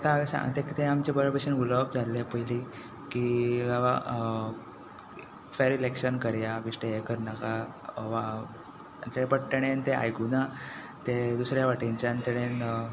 ते आमचें बरें भाशेन उलोवप जाल्ले पयलीं की बाबा फेर इलेक्शन करया बेश्टें हें करनाका बट ताणें ते आयकुंक ना ते दुसरे वाटेच्यान ताणें